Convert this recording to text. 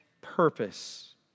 purpose